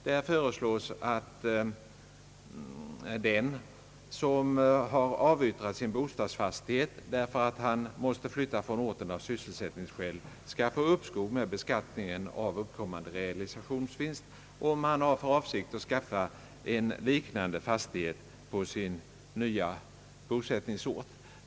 Däri föreslås att den som avyttrat sin bostadsfastighet för att han av sysselsättningsskäl måste flytta från orten skall få uppskov med beskattningen av uppkommande realisationsvinst om han har för avsikt att skaffa en liknande fastighet på sin nya bosättningsort.